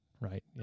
Right